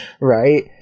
right